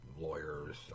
lawyers